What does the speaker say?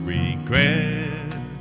Regret